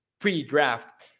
pre-draft